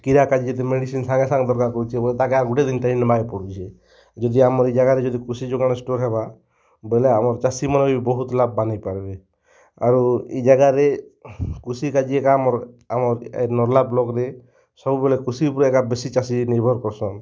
medicine ସାଙ୍ଗେସାଙ୍ଗ୍ ଦର୍କାର୍ ପଡ଼ୁଛେ ବେଲେ ତା'କେ ଆର୍ ଗୁଟେ ଦିନ୍ ଟାଇମ୍ ନେବାର୍କେ ପଡ଼ୁଛେ ଯଦି ଆମର୍ ଇ ଜାଗାରେ ଯଦି କୃଷି ଯୋଗାଣ ଷ୍ଟୋର୍ ହେବା ବେଲେ ଆମର୍ ଚାଷୀମାନେ ବି ବହୁତ୍ ଲାଭବାନ୍ ହେଇପାର୍ବେ ଆରୁ ଇ ଜାଗାରେ କୃଷି କାର୍ଯ୍ୟ ଏକା ଆମର୍ ଆମର୍ ନର୍ଲା ବ୍ଲକ୍ରେ ସବୁବେଲେ କୃଷି ଉପ୍ରେ ଏକା ବେଶୀ ଚାଷୀ ନିର୍ଭର୍ କର୍ସନ୍